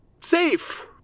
safe